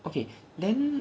okay then